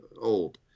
old